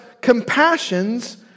compassions